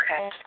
Okay